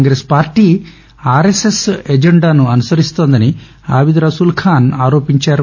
Congress party RSS agenda అనుసరిస్తుందని అబిద్ రసూల్ఖాన్ ఆరోపించారు